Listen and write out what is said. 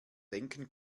denken